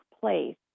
place